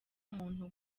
umuntu